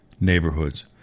neighborhoods